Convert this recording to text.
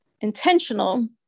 intentional